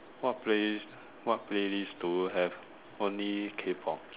what playlist what playlist do you have only K-pop